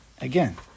again